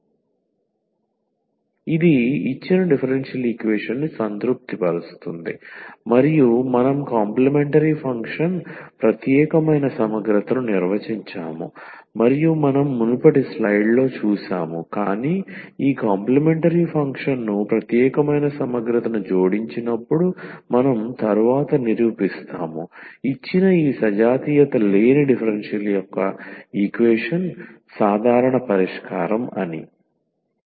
dnvdxna1dn 1vdxn 1anvX dnvdxna1dn 1vdxn 1anvX ఇది ఇచ్చిన differential ఈక్వేషన్ని సంతృప్తిపరుస్తుంది మరియు మనం కాంప్లిమెంటరీ ఫంక్షన్ ప్రత్యేకమైన సమగ్రతను నిర్వచించాము మరియు మనం మునుపటి స్లైడ్లో చూశాము కాని ఈ కాంప్లిమెంటరీ ఫంక్షన్ను ప్రత్యేకమైన సమగ్రతను జోడించినప్పుడు ఇచ్చిన ఈ సజాతీయత లేని డిఫరెన్షియల్ ఈక్వేషన్ యొక్క సాధారణ పరిష్కారం అని మనం తరువాత నిరూపిస్తాము